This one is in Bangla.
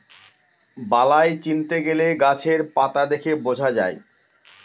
বালাই চিনতে গেলে গাছের পাতা দেখে বোঝা যায়